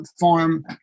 farm